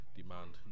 demand